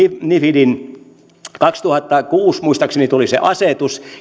mifidin kaksituhattakuusi muistaakseni tuli se asetus